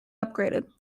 upgraded